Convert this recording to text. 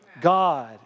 God